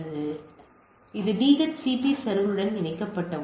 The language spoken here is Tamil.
எனவே இது DHCP சர்வருடன் இணைக்கப்பட்டவுடன்